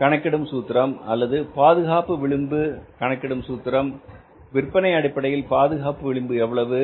கணக்கிடும் சூத்திரம் அல்லது பாதுகாப்பு விளிம்பு கணக்கிடும் சூத்திரம் விற்பனை அடிப்படையில் பாதுகாப்பு விளிம்பு எவ்வளவு